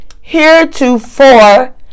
heretofore